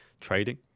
trading